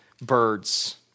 birds